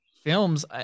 films